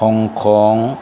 Hong Kong